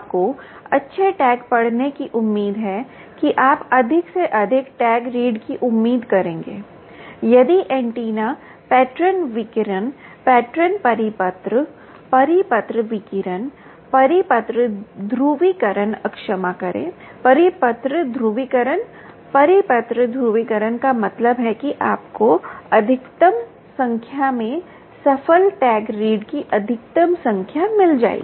आपको अच्छे टैग पढ़ने की उम्मीद है कि आप अधिक से अधिक टैग रीड की उम्मीद करेंगे यदि ऐन्टेना पैटर्न विकिरण पैटर्न परिपत्र परिपत्र विकिरण परिपत्र ध्रुवीकरण क्षमा करें परिपत्र ध्रुवीकरण परिपत्र ध्रुवीकरण का मतलब है कि आपको अधिकतम संख्या में सफल टैग रीड की अधिकतम संख्या मिल जाएगी